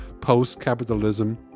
post-capitalism